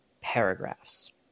paragraphs